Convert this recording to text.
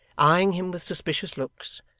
eyeing him with suspicious looks,